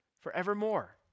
forevermore